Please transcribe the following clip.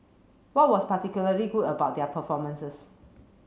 what was particularly good about their performances